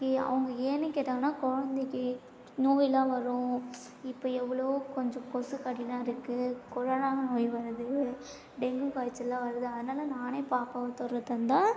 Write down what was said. ஏ அவங்க ஏன்னு கேட்டாங்கன்னால் கொழந்தைக்கு நோயெலாம் வரும் இப்போ எவ்வளோ கொஞ்சம் கொசு கடியெலாம் இருக்குது கொரோனா நோய் வருது டெங்கு காய்ச்சல்லாம் வருது அதனால நானே பாப்பாவை தொடுறதா இருந்தால்